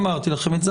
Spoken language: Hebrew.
אמרתי לכם את זה,